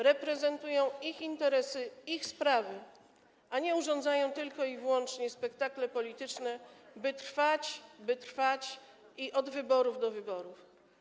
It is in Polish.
reprezentują ich interesy, ich sprawy, a nie urządzają tylko i wyłącznie spektakle polityczne, by trwać od wyborów do wyborów.